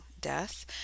death